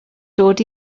dod